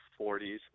40s